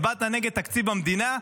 הצבעת נגד תקציב המדינה?